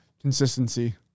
Consistency